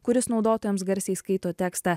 kuris naudotojams garsiai skaito tekstą